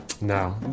No